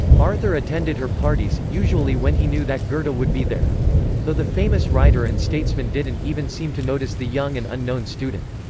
arthur attended her parties, usually when he knew that goethe but would be there though the famous writer and statesman didn't even seem to notice the young and unknown student.